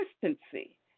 consistency